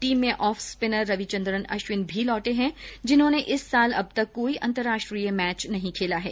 team में off spinner Ravichandran Ashwin भी लौटे है जिन्होंने इस साल अब तक कोई अंतर्राष्ट्रीय मैच नहीं खेला है